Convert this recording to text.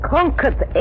Conquered